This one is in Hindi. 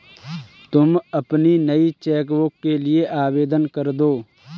तुम अपनी नई चेक बुक के लिए आवेदन करदो